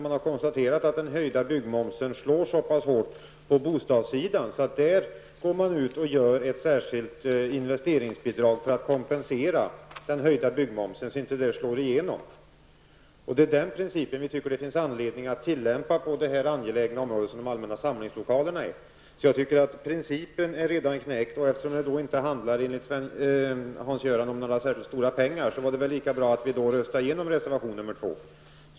Man har konstaterat att den höjda byggmomsen slår så hårt på bostadssidan att man där inför ett särskilt investeringsbidrag för att kompensera höjningen. Det är denna princip som vi tycker att det finns anledning att tillämpa på det angelägna område som de allmänna samlingslokalerna utgör. Principen är alltså redan knäsatt. Eftersom det, Hans Göran Franck, inte handlar om några särskilt stora pengar, vore det väl lämpligt att bifalla reservation 2.